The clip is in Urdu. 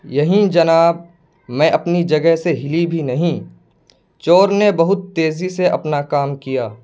یہیں جناب میں اپنی جگہ سے ہلی بھی نہیں چور نے بہت تیزی سے اپنا کام کیا